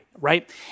right